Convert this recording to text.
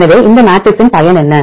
எனவே இந்த மேட்ரிக்ஸின் பயன் என்ன